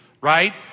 right